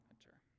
enter